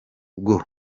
bwo